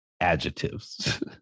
adjectives